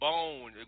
Bone